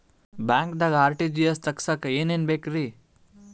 ಬ್ಯಾಂಕ್ದಾಗ ಆರ್.ಟಿ.ಜಿ.ಎಸ್ ತಗ್ಸಾಕ್ ಏನೇನ್ ಬೇಕ್ರಿ?